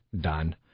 done